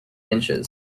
inches